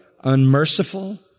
unmerciful